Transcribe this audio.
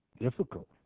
Difficult